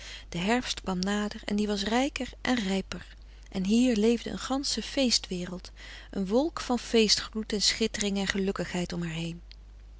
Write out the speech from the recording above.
de herfst kwam nader en die was rijker en rijper en hier leefde een gansche feest wereld een wolk van feestgloed en schittering en gelukkigheid om haar heen